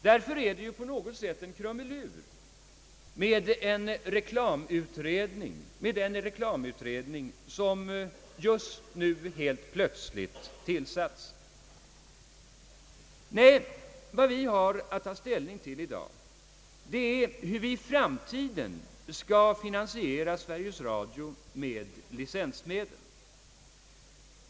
Därför är det på något sätt en krumelur med den reklamutredning som just nu helt plötsligt tillsatts. Vad vi därför har att ta ställning till i dag, är bl.a. hur vi i framtiden skall finansiera Sveriges Radio med licensmedel.